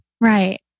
right